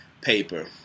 paper